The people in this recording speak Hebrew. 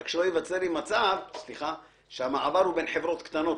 רק שלא ייווצר לי מצב שהמעבר הוא בין חברות קטנות,